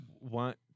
want